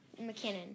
McKinnon